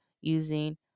using